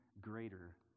greater